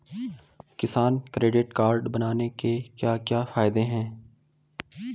किसान credit card बनाने के क्या क्या फायदे हैं?